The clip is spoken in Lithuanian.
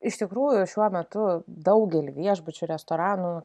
iš tikrųjų šiuo metu daugelį viešbučių restoranų